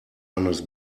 eines